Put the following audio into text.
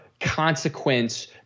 consequence